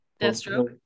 Deathstroke